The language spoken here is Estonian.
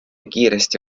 kiiresti